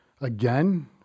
Again